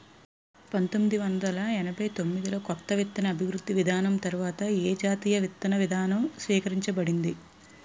పంతోమ్మిది వందల ఎనభై ఎనిమిది లో కొత్త విత్తన అభివృద్ధి విధానం తర్వాత ఏ జాతీయ విత్తన విధానం స్వీకరించబడింది?